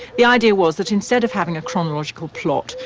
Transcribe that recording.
the idea was that instead of having a chronological plot,